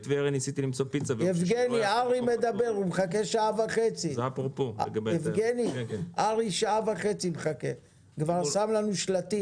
ארי מחכה כבר שעה וחצי, הוא כבר שם לנו שלטים.